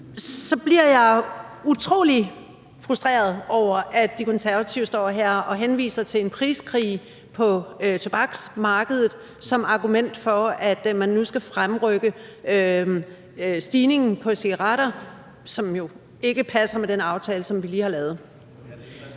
Så bliver jeg jo utrolig frustreret over, at De Konservative står her og henviser til en priskrig på tobaksmarkedet som argument for, at man nu skal fremrykke stigningen på cigaretter, som jo ikke passer med den aftale, som vi lige har lavet,